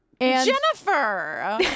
Jennifer